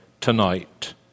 tonight